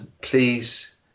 please